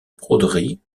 broderie